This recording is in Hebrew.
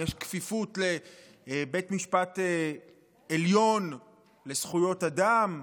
יש כפיפות לבית משפט עליון לזכויות אדם,